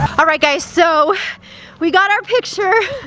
alright guys so we got our picture.